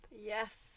Yes